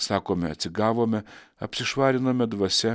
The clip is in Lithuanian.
sakome atsigavome apsišvarinome dvasia